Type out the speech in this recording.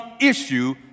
issue